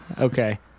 Okay